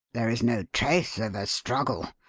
there is no trace of a struggle,